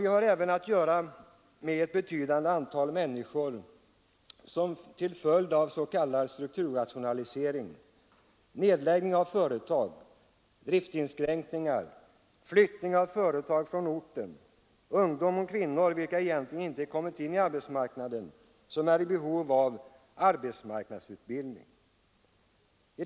Vi har även att göra med ett betydande antal människor som är i behov av arbetsmarknadsutbildning till följd av s.k. strukturrationalisering, nedläggning av företag, driftsinskränkningar och flyttning av företag från orten, samt ungdomar och kvinnor vilka egentligen inte kommit in på arbetsmarknaden.